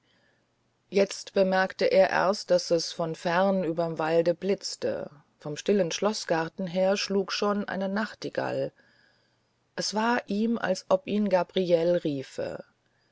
jetzt bemerkte er erst daß es von fern überm walde blitzte vom stillen schloßgarten her schlug schon eine nachtigall es war ihm als ob ihn gabriele riefe